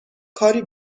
کاری